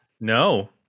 no